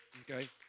Okay